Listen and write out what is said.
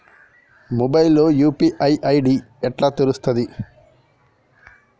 Mobile లో UPI ID ఎట్లా తెలుస్తది?